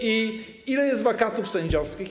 Ile jest wakatów sędziowskich?